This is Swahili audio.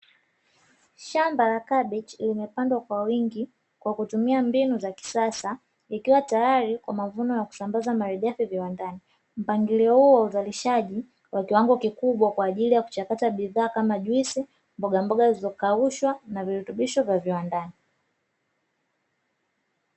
Shamba la kabichi limepandwa kwa wingi kwa kutumia mbinu za kisasa ikiwa tayari kwa mavuno ya kusambaza malighafi viwandani, mpangilio huo wa uzalishaji wa kiwango kikubwa kwa ajili ya kuchakata bidhaa kama juisi, mboga mboga zilizokaushwa na virutubisho vya viwandani.